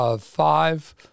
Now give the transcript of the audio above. five